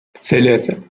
ثلاثة